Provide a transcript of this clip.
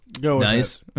Nice